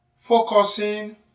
focusing